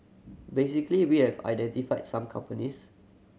basically we have identified some companies